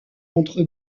entre